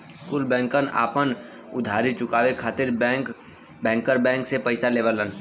कुल बैंकन आपन उधारी चुकाये खातिर बैंकर बैंक से पइसा लेवलन